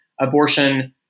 abortion